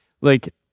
like-